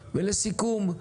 ולסיום,